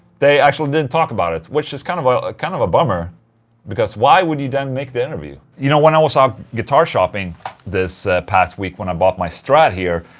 they actually didn't talk about it, which is kind of a ah kind of a bummer because why would you then make the interview? you know, when i was out ah guitar shopping this past week when i bought my strat here.